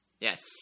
Yes